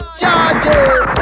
charges